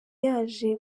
yaje